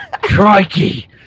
Crikey